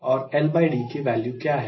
और LD की value क्या है